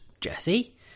Jesse